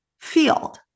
field